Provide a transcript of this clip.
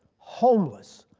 homeless,